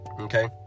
Okay